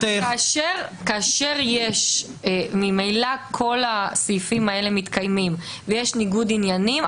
כאשר ממילא כל הסעיפים האלה מתקיימים ויש ניגוד עניינים,